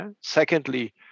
Secondly